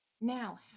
now